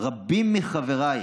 עם רבים מחבריי,